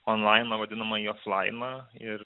o laima vadinama jos laima ir